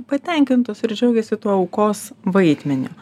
patenkintos ir džiaugiasi tuo aukos vaidmeniu